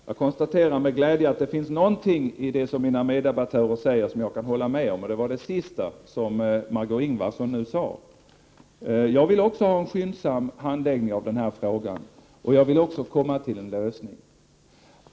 Herr talman! Jag konstaterar med glädje att det finns någonting i det som mina meddebattörer säger som jag kan hålla med om, nämligen det som Margö Ingvardsson sade sist. Jag vill också ha en skyndsam handläggning av frågan och komma till en lösning.